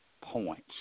points